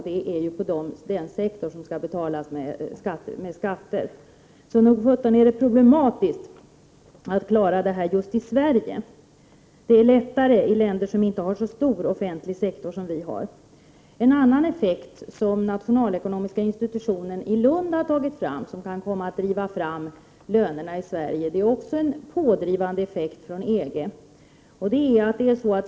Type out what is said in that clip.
Det är den sektor som skall betalas med skatter. Det är alltså problematiskt att klara detta just i Sverige. Det är lättare i länder som inte har så stor offentlig sektor. En annan effekt som nationalekonomiska institutionen i Lund har påpekat och som kan driva fram lönerna i Sverige är den pådrivande effekten från EG.